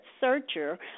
searcher